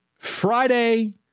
Friday